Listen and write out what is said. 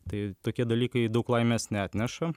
tai tokie dalykai daug laimės neatneša